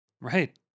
Right